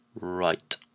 Right